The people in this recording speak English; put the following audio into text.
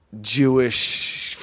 Jewish